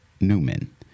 Newman